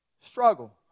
struggle